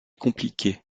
compliquer